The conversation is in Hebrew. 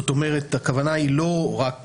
הכוונה היא לא רק